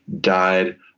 died